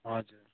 हजुर